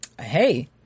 Hey